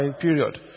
period